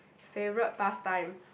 favourite pastime